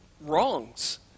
wrongs